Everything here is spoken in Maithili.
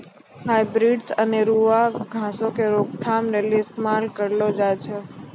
हर्बिसाइड्स अनेरुआ घासो के रोकथाम लेली इस्तेमाल करलो जाय छै